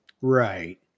Right